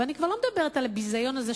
ואני כבר לא מדברת על הביזיון הזה,